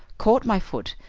caught my foot,